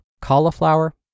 Cauliflower